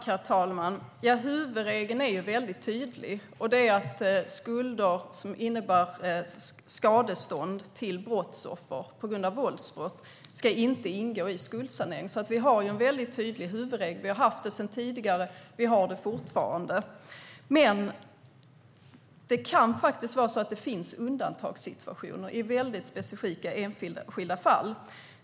Herr talman! Huvudregeln är tydlig: Skulder som innebär skadestånd till brottsoffer på grund av våldsbrott ska inte ingå i skuldsanering. Vi har alltså en mycket tydlig huvudregel. Vi har haft det sedan tidigare, och vi har det fortfarande. Men det kan finnas undantagssituationer, väldigt specifika enskilda fall.